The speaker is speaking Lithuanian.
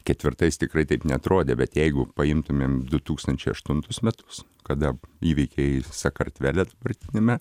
ketvirtais tikrai taip neatrodė bet jeigu paimtumėm du tūkstančiai aštuntus metus kada įvykiai sakartvele dabartiniame